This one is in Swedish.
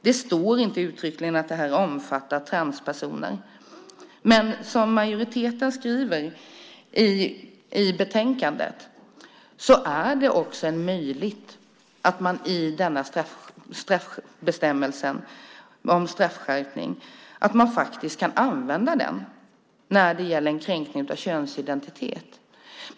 Det står inte uttryckligen att detta omfattar transpersoner, men som majoriteten skriver i betänkandet är det faktiskt möjligt att använda denna bestämmelse om straffskärpning också när det gäller kränkning av könsidentitet.